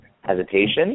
hesitation